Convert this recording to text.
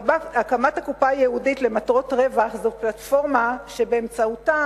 הקמת הקופה הייעודית למטרות רווח זו פלטפורמה שבאמצעותה